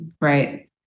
right